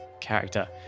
character